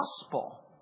gospel